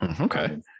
okay